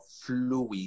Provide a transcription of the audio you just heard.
fluid